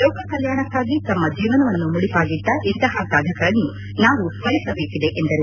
ಲೋಕಕಲ್ಯಾಣಾಕ್ಕಾಗಿ ತಮ್ಮ ಜೀವನವನ್ನು ಮುಡುಪಾಗಿಟ್ಟ ಇಂತಪ ಸಾಧಕರನ್ನು ನಾವು ಸ್ಥರಿಸಬೇಕಿದೆ ಎಂದರು